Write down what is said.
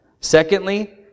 Secondly